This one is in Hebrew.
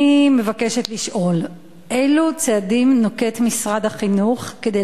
אני מבקשת לשאול: אילו צעדים נוקט משרד החינוך כדי